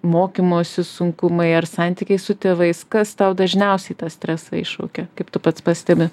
mokymosi sunkumai ar santykiai su tėvais kas tau dažniausiai tą stresą iššaukia kaip tu pats pastebi